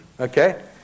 Okay